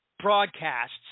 Broadcasts